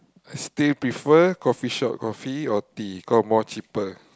I still prefer coffeeshop coffee or tea cause more cheaper